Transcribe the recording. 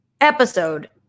episode